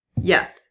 yes